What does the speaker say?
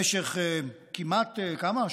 במשך כמעט, כמה?